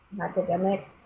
academic